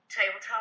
tabletop